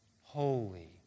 holy